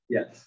Yes